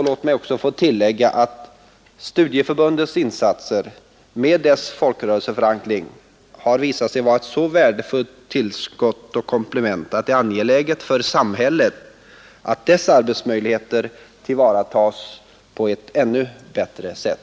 Låt mig tillägga att studieförbunden med sin folkrörelseförankring har visat sig vara ett så värdefullt tillskott och komplement att det är angeläget för samhället att deras arbetsmöjligheter tillvaratas på ett ännu bättre sätt.